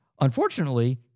Unfortunately